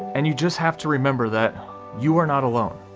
and you just have to remember that you are not alone.